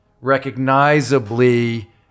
recognizably